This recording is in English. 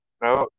No